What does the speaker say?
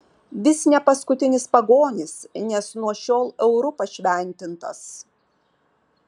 vis ne paskutinis pagonis nes nuo šiol euru pašventintas